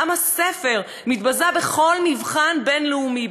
עם הספר מתבזה בכל מבחן בין-לאומי,